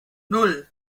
nan